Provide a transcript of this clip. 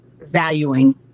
valuing